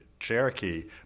Cherokee